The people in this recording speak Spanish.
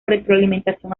retroalimentación